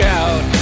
out